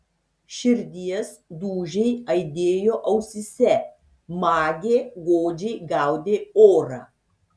širdies dūžiai aidėjo ausyse magė godžiai gaudė orą